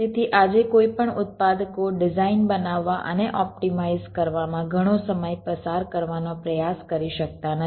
તેથી આજે કોઈપણ ઉત્પાદકો ડિઝાઇન બનાવવા અને ઓપ્ટિમાઇઝ કરવામાં ઘણો સમય પસાર કરવાનો પ્રયાસ કરી શકતા નથી